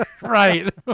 right